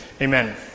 Amen